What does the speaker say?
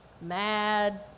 mad